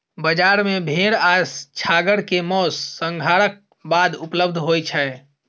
बजार मे भेड़ आ छागर के मौस, संहारक बाद उपलब्ध होय छै